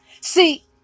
See